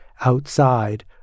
outside